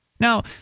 Now